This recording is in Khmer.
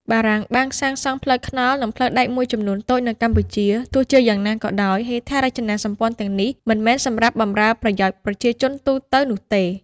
បារាំងបានសាងសង់ផ្លូវថ្នល់ និងផ្លូវដែកមួយចំនួនតូចនៅកម្ពុជា ទោះជាយ៉ាងណាក៏ដោយ ហេដ្ឋារចនាសម្ព័ន្ធទាំងនេះមិនមែនសម្រាប់បម្រើប្រយោជន៍ប្រជាជនទូទៅនោះទេ។